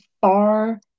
far